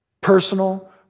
Personal